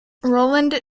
roland